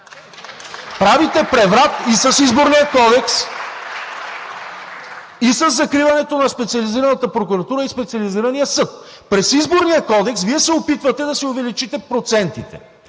Правите преврат и с Изборния кодекс, и със закриването на Специализираната прокуратура и Специализирания съд. През Изборния кодекс Вие се опитвате да си увеличите процентите.